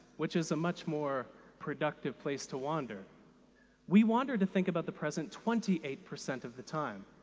which is a much more productive place to wander we wander to think about the present twenty eight percent of the time.